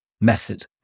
method